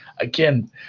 Again